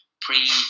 pre